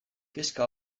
kezka